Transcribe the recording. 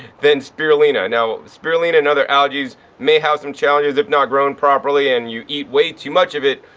than spirulina. now spirulina and other algae may have some challenges if not grown properly and you eat way too much of it.